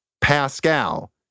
Pascal